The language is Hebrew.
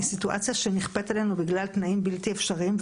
היא סיטואציה שנכפית עלינו בגלל תנאים בלתי אפשריים,